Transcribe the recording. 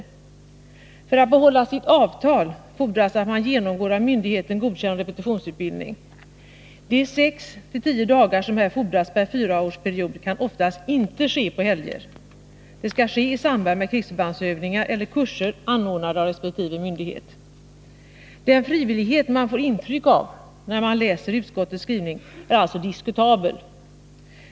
För att man skall få behålla sitt A-avtal fordras att man genomgår av myndigheten godkänd repetitionsutbildning. De sex till tio dagar som fordras per fyraårsperiod kan oftast inte förläggas till helger. Dessa dagar skall fullgöras i samband med krigsförbandsövningar eller kurser anordnade av resp. myndighet. Den frivillighet man får intryck av när man läser utskottets skrivning är alltså diskutabel.